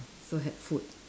so had food